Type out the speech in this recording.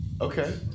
Okay